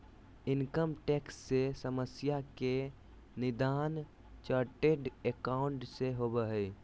income tax से समस्या के निदान चार्टेड एकाउंट से होबो हइ